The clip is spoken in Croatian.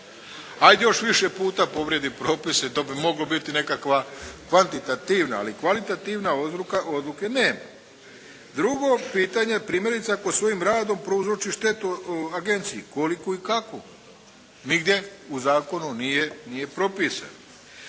Ajd još više puta povrijedi propise, to bi moglo biti nekakva kvantitativna, ali kvalitativna odluka, odluke nema. Drugo pitanje primjerice, ako svojim radom prouzroči štetu agenciji. Koliku i kakvu? Nigdje u zakonu nije propisano.